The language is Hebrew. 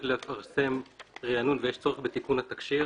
לפרסם ריענון ויש צורך בעדכון התקש"יר.